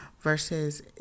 versus